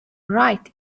right